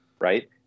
right